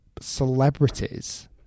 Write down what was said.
celebrities